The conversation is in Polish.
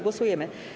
Głosujemy.